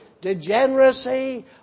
degeneracy